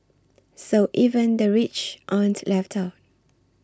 so even the rich aren't left out